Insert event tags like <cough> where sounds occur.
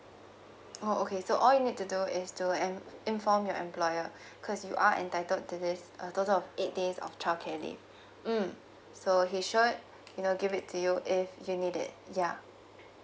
oh okay so all you need to do is to in~ inform your employer <breath> cause you are entitled to this a total of eight days of childcare leave mm so he sure give it to you if you need it ya